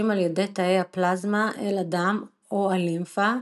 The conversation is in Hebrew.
על ידי תאי הפלזמה אל הדם או הלימפה,